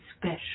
special